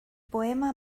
poema